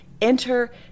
Enter